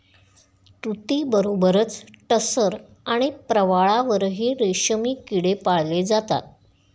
तुतीबरोबरच टसर आणि प्रवाळावरही रेशमी किडे पाळले जातात